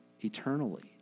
eternally